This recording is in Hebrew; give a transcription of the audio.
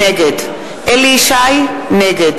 נגד אליהו ישי, נגד